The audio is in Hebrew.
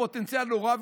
הפוטנציאל נורא,